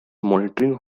monitoring